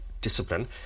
discipline